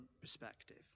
perspective